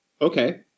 Okay